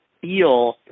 feel